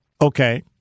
Okay